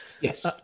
Yes